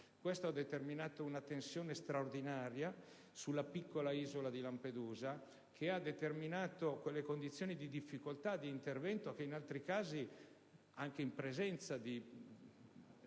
ciò ha causato una tensione straordinaria sulla piccola isola di Lampedusa, che ha determinato quelle condizioni di difficoltà di intervento che in altri casi, anche in presenza di